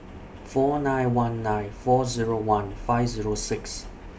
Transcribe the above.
four nine one nine four Zero one five Zero six